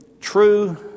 true